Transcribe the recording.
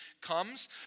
comes